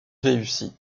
réussi